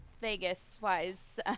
Vegas-wise